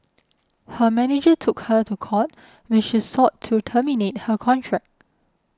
her manager took her to court when she sought to terminate her contract